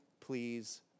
please